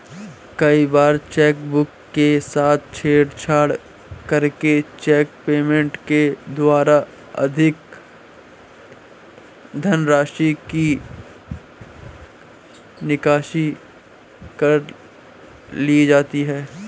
कई बार चेकबुक के साथ छेड़छाड़ करके चेक पेमेंट के द्वारा अधिक धनराशि की निकासी कर ली जाती है